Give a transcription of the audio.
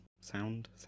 Sound